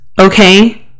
okay